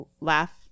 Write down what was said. laugh